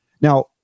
Now